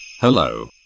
hello